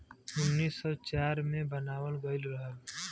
उन्नीस सौ चार मे बनावल गइल रहल